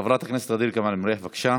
חברת הכנסת ע'דיר כמאל מריח, בבקשה,